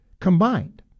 combined